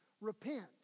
Repent